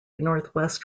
northwest